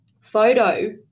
photo